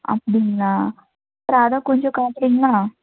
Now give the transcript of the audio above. அப்படிங்களா அப்போ அதை கொஞ்சம் காட்டுறீங்களா